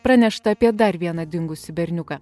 pranešta apie dar vieną dingusį berniuką